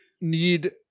need